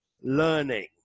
learning